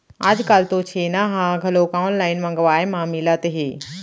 आजकाल तो छेना ह घलोक ऑनलाइन मंगवाए म मिलत हे